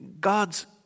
God's